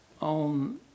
on